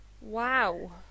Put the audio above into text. Wow